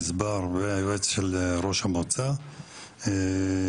הגזבר והיועץ של ראש המועצה בחורפיש.